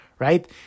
right